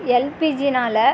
எல்பிஜினால்